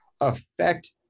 affect